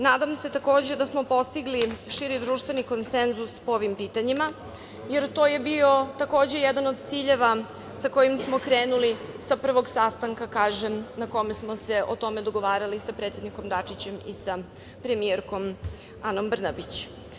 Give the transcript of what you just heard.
Nadam se, takođe, da smo postigli širi društveni konsenzus po ovim pitanjima, jer to je bio takođe jedan od ciljeva sa kojim smo krenuli sa prvog sastanka na kome smo se o tome dogovarali sa predsednikom Dačićem i sa premijerkom Anom Brnabić.